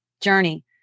journey